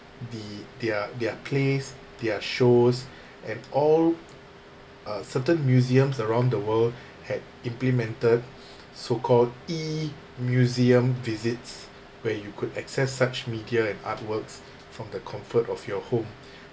the their their place their shows and all uh certain museums around the world had implemented so called e-museum visits where you could access such media and artworks from the comfort of your home